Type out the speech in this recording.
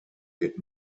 wird